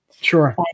Sure